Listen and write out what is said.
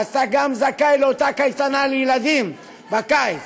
אתה גם זכאי לאותה קייטנה לילדים בקיץ.